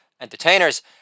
entertainers